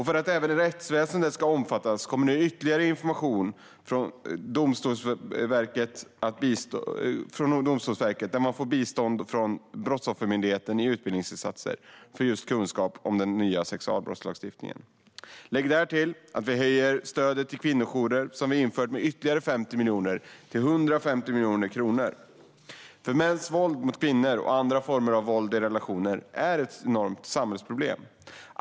För att även rättsväsendet ska omfattas kommer nu ytterligare information från Domstolsverket om bistånd till Brottsoffermyndigheten i utbildningsinsatser för kunskap om den nya sexualbrottslagstiftningen. Därtill höjer vi det stöd till kvinnojourer som vi har infört med ytterligare 50 miljoner, till 150 miljoner kronor. Mäns våld mot kvinnor och andra former av våld i relationer är ett enormt samhällsproblem.